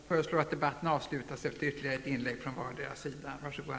Jag föreslår att debatten avslutas efter ytterligare ett inlägg från vardera talaren.